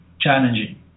challenging